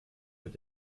mit